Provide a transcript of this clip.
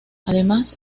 además